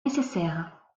nécessaire